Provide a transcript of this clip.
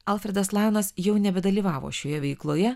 alfredas lajonas jau nebedalyvavo šioje veikloje